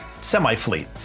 semi-fleet